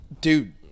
dude